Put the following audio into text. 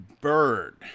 bird